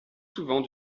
souvent